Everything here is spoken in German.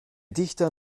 dichter